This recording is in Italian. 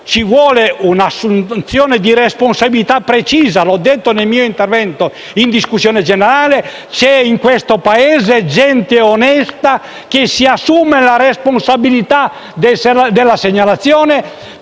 occorra un'assunzione di responsabilità precisa, come ho detto nel mio intervento in discussione generale: c'è in questo Paese gente onesta, che si assume la responsabilità della segnalazione,